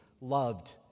loved